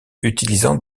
utilisant